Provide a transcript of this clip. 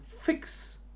fix